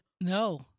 No